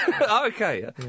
Okay